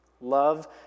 Love